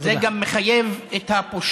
זה גם מחייב את הפושעים